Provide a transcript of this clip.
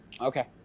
Okay